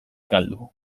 galdu